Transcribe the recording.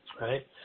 right